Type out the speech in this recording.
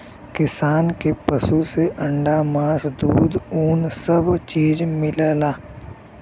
किसान के पसु से अंडा मास दूध उन सब चीज मिलला